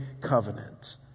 covenant